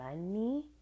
money